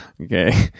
Okay